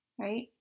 Right